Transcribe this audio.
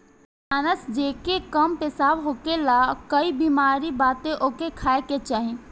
अनानास जेके कम पेशाब होखला कअ बेमारी बाटे ओके खाए के चाही